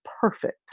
perfect